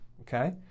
okay